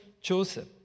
Joseph